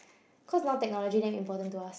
cause now technology damn important to us